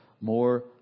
more